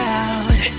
out